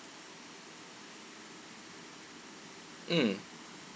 mm